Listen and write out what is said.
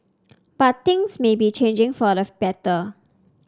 but things may be changing for the better